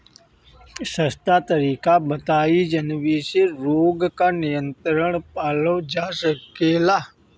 सस्ता तरीका बताई जवने से रोग पर नियंत्रण पावल जा सकेला?